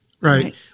right